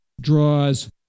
draws